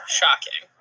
shocking